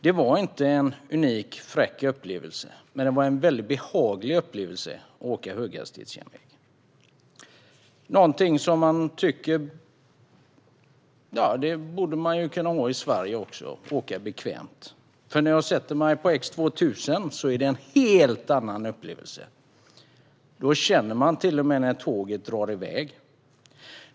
Det var inte en unik, fräck upplevelse att åka höghastighetsjärnväg. Däremot var det en väldigt behaglig upplevelse. Detta, att kunna åka bekvämt, är någonting som man kan tycka att vi borde kunna ha i Sverige också. När jag sätter mig på X 2000 är det en helt annan upplevelse. Då känner man till och med när tåget drar iväg.